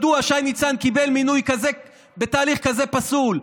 מדוע שי ניצן קיבל מינוי כזה בתהליך כזה פסול,